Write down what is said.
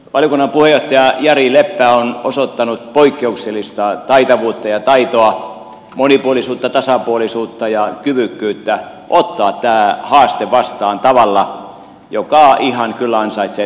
valiokunnan puheenjohtaja jari leppä on osoittanut poikkeuksellista taitavuutta ja taitoa monipuolisuutta tasapuolisuutta ja kyvykkyyttä ottaa tämä haaste vastaan tavalla joka ihan kyllä ansaitsee tunnustuksen ja kiitoksen